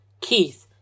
Keith